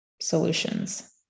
solutions